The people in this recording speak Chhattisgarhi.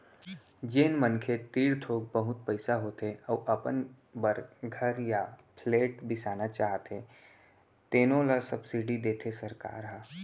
जेन मनखे तीर थोक बहुत पइसा होथे अउ अपन बर घर य फ्लेट बिसाना चाहथे तेनो ल सब्सिडी देथे सरकार ह